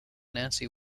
nancy